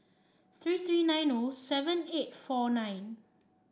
three three nine O seven eight four nine